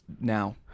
Now